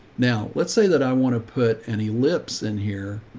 now let's say that i want to put any lips in here.